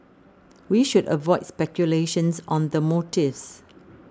we should avoid speculation on the motives